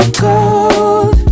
cold